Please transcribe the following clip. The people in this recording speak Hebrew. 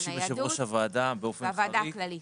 הניידות והוועדה הכללית.